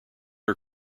are